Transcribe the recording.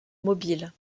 mobile